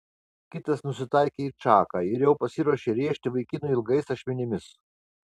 kitas nusitaikė į čaką ir jau pasiruošė rėžti vaikinui ilgais ašmenimis